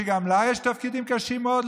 שגם לה יש תפקידים קשים מאוד,